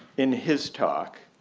in his talk.